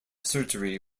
surgery